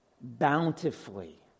Bountifully